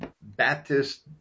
Baptist